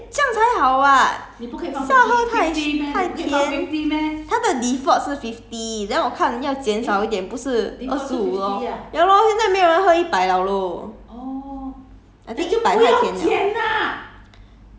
twenty five then 这样才好 [what] 是要喝太 sh~ 太甜他的 default 是 fifty then 我看要减少一点不是二十五 lor ya lor 现在没有人喝一百 liao loh